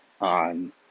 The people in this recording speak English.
on